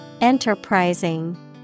Enterprising